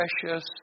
precious